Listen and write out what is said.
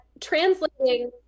translating